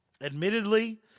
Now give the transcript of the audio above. admittedly